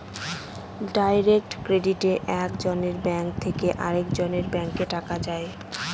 direct ক্রেডিটে এক জনের ব্যাঙ্ক থেকে আরেকজনের ব্যাঙ্কে টাকা যায়